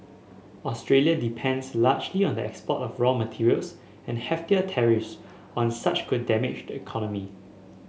Australia depends largely on the export of raw materials and heftier tariffs on such could damage the economy